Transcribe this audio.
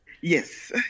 Yes